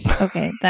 Okay